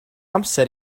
amser